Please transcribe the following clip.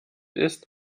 ist